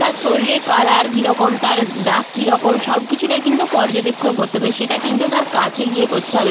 তার শরীরের কালার কী রকম তার ডাক কী রকম সব কিছুটাই কিন্তু পর্যবেক্ষণ করতে হবে সেটা কিন্তু তার কাছে গিয়ে করতে হবে